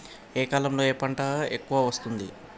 ఏ కాలంలో ఏ పంట ఎక్కువ వస్తోంది?